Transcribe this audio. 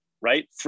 right